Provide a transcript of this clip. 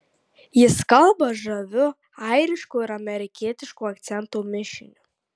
jis kalba žaviu airiško ir amerikietiško akcento mišiniu